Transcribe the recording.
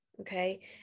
Okay